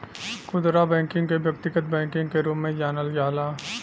खुदरा बैकिंग के व्यक्तिगत बैकिंग के रूप में जानल जाला